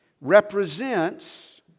represents